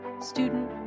student